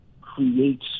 creates